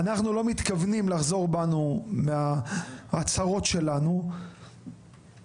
אנחנו לא מתכוונים לחזור בנו מההצהרות שלנו בהסכם